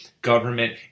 Government